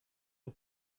une